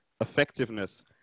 effectiveness